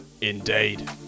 Indeed